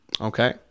okay